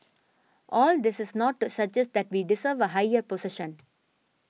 all this is not to suggest that we deserve a higher position